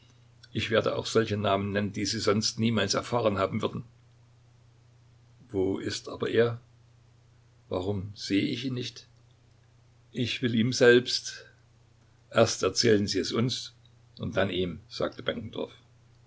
ich werde auch solche namen nennen die sie sonst niemals erfahren haben würden wo ist aber er warum sehe ich ihn nicht ich will ihm selbst erst erzählen sie es uns und dann ihm sagte